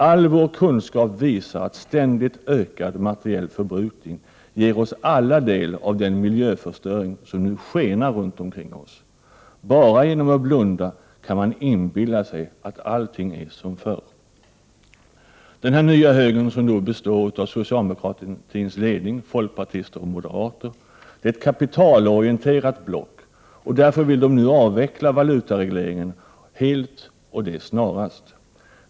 All vår kunskap visar att ständigt ökad materiell förbrukning ger oss alla del av den miljöförstöring som nu skenar runt om oss. Bara genom att blunda kan man inbilla sig att allt är som förr. Den nya högern, som består av socialdemokratins ledning, folkpartister och moderater, är ett kapitalorienterat block, och därför vill det nu avveckla valutaregleringen helt och det snarast.